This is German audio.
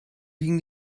liegen